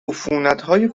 عفونتهای